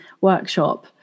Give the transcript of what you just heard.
workshop